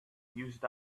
used